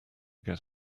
get